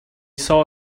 saw